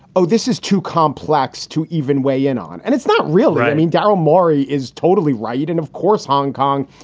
oh, this is too complex to even weigh in on. and it's not real. right. i mean, daryl morey is totally right. and, of course, hong kong,